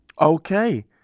Okay